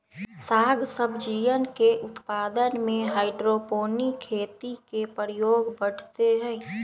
साग सब्जियन के उत्पादन में हाइड्रोपोनिक खेती के प्रयोग बढ़ते हई